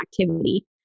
activity